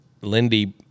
Lindy